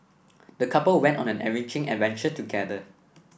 the couple went on an enriching adventure together